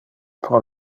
pro